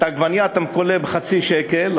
ואת העגבנייה אתה קונה בחצי שקל,